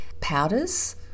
powders